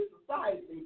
society